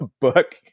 book